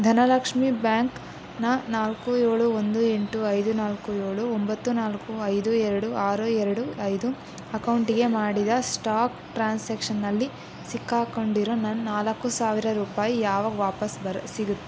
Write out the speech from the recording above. ಧನಲಕ್ಷ್ಮಿ ಬ್ಯಾಂಕ್ನ ನಾಲ್ಕು ಏಳು ಒಂದು ಎಂಟು ಐದು ನಾಲ್ಕು ಏಳು ಒಂಬತ್ತು ನಾಲ್ಕು ಐದು ಎರಡು ಆರು ಎರಡು ಐದು ಅಕೌಂಟಿಗೆ ಮಾಡಿದ ಸ್ಟಾಕ್ ಟ್ರಾನ್ಸ್ಯಾಕ್ಷನಲ್ಲಿ ಸಿಕ್ಕಾಕೊಂಡಿರೊ ನನ್ನ ನಾಲ್ಕ್ಕು ಸಾವಿರ ರೂಪಾಯಿ ಯಾವಾಗ ವಾಪಸ್ ಬರ ಸಿಗು